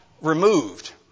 removed